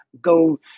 go